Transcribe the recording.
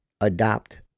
adopt